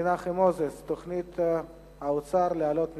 מנחם מוזס: תוכנית האוצר להעלאת מסים,